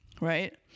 right